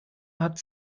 hat